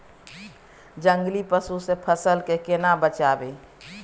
जंगली पसु से फसल के केना बचावी?